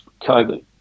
COVID